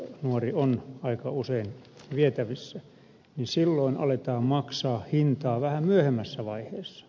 nuori on aika usein vietävissä ja silloin aletaan maksaa hintaa vähän myöhemmässä vaiheessa